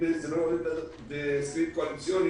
אם זה לא עולה בסעיף קואליציוני,